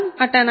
u